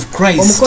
Christ